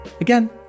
again